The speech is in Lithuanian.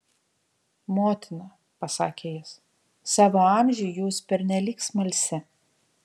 motina pasakė jis savo amžiui jūs pernelyg smalsi